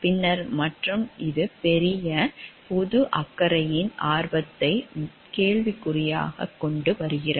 பின்னர் மற்றும் இது பெரிய பொது அக்கறையின் ஆர்வத்தை கேள்விக்குறியாக கொண்டு வருகிறது